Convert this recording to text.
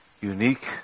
unique